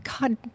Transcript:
God